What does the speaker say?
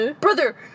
Brother